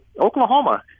Oklahoma